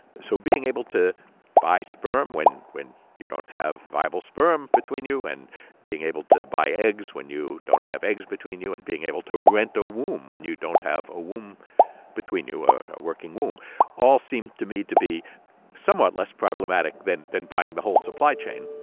so being able to buy sperm when when you don't have viable sperm between you and being able to buy eggs when you don't have eggs between you and being able to rent a womb when you don't have a womb between you a working womb all seem to me to be somewhat less problematic than than buying the whole supply chain